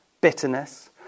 bitterness